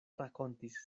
rakontis